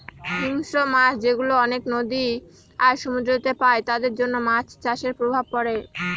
হিংস্র মাছ যেগুলা অনেক নদী আর সমুদ্রেতে পাই তাদের জন্য মাছ চাষের প্রভাব পড়ে